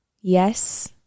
yes